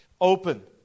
open